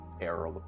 error